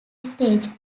stage